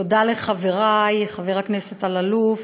תודה לחברי חבר הכנסת אלאלוף,